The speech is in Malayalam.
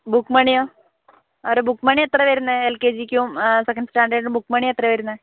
ബുക്ക് മണിയോ ഇവരുടെ ബുക്ക് മണി എത്രയാണ് വരുന്നത് എൽ കെ ജി ക്കും രണ്ടാം സ്റ്റാൻഡേർഡിനും ബുക്ക് മണി എത്രയാണ് വരുന്നത്